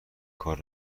کار